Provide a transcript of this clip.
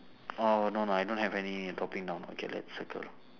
orh no no I don't have any dropping down okay let's circle